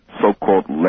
So-called